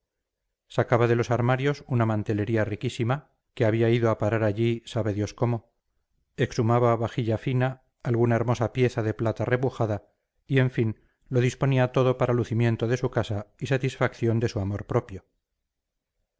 revés sacaba de los armarios una mantelería riquísima que había ido a parar allí sabe dios cómo exhumaba vajilla fina alguna hermosa pieza de plata repujada y en fin lo disponía todo para lucimiento de su casa y satisfacción de su amor propio